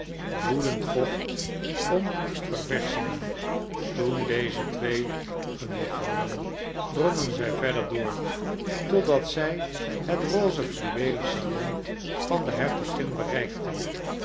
woedend vocht om ververschingen toen deze twee genoeg hadden drongen zij verder door totdat zij het rose fluweelen salon van de hertogin bereikten